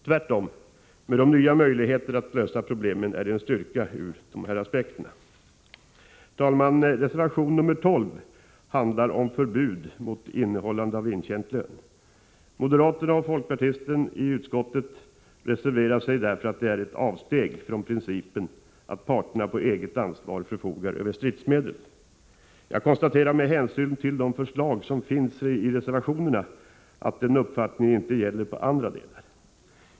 Tvärtom innebär de nya möjligheterna att lösa problemen en styrka ur dessa aspekter. Herr talman! Reservation nr 12 handlar om förbud mot innehållande av intjänt lön. Moderaterna och folkpartisten i utskottet reserverar sig därför att det är ett avsteg från principen att parterna på eget ansvar förfogar över stridsmedlen. Jag konstaterar med hänsyn till de förslag som finns i reservationerna att denna uppfattning inte gäller på andra delar.